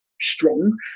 strong